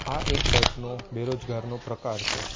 આ એક ટાઇપનો બેરોજગારનો પ્રકાર છે